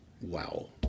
Wow